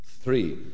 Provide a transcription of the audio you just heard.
Three